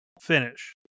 finish